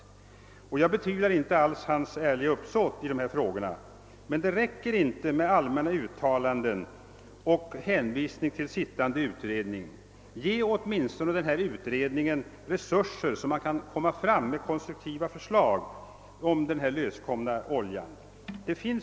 Jag tvivlar heller inte alls på hans ärliga uppsåt i detta fall. Men det räcker inte med allmänna uttalanden och med hänvisningar till den arbetande utredningen. Ge åtminstone den utredningen tillräckliga resurser, så att den kan lägga fram konstruktiva förslag till åtgärder mot den utsläppta oljan!